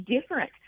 different